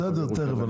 בסדר, תכף.